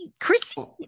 Chrissy